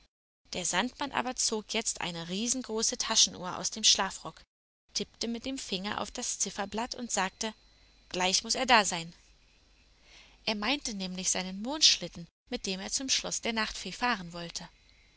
der sandmann aber zog jetzt eine riesengroße taschenuhr aus dem schlafrock tippte mit dem finger auf das zifferblatt und sagte gleich muß er da sein er meinte nämlich seinen mondschlitten mit dem er zum schloß der nachtfee fahren wollte